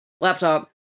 laptop